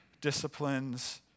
disciplines